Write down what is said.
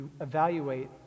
evaluate